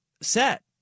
set